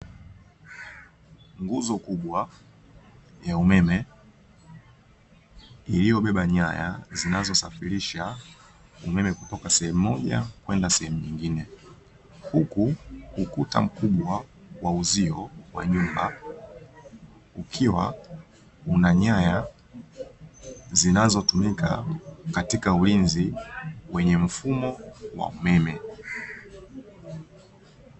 Nguzo kubwa ya umeme iliyobeba nyaya zinazosafirisha umeme kutoka sehemu moja kwenda sehemu nyingine, huku ukuta mkubwa wa uzio wa nyumba ukiwa una nyaya zinazotumika katika ulinzi wenye mfumo wa umeme.